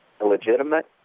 illegitimate